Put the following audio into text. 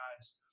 guys